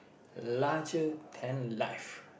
larger time life